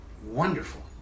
Wonderful